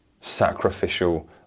sacrificial